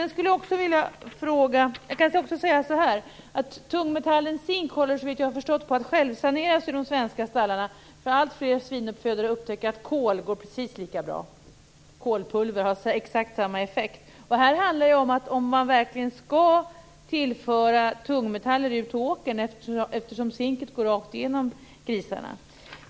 När det gäller tungmetallen zink har jag förstått att det pågår en självsanering i de svenska stallarna, för alltfler svinuppfödare upptäcker att kolpulver har exakt samma effekt. Här handlar det om ifall man verkligen skall tillföra tungmetaller ute på åkern, eftersom zinket går rakt igenom grisarna.